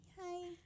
hi